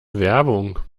werbung